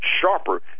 sharper